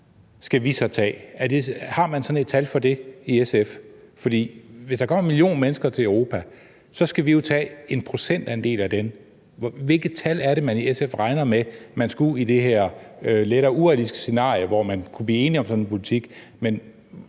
skal vi tage? Har man sådan et tal for det i SF? Hvis der kommer en million mennesker til Europa, skal vi jo tage en procentandel af dem. Hvilket antal er det, SF regner med vi skulle tage i det her lettere urealistiske scenarie, hvor man kunne blive enige om sådan en politik?